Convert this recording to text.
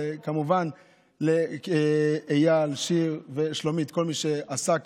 וכמובן לאייל, שיר ושלומית, כל מי שעסק